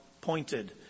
pointed